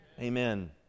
Amen